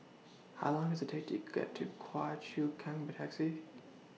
How Long Does IT Take to get to Choa Chu Kang By Taxi